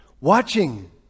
watching